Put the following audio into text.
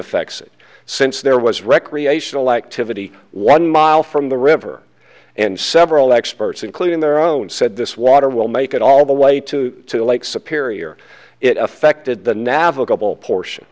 affects it since there was recreational activity one mile from the river and several experts including their own said this water will make it all the way to lake superior it affected the